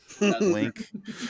Link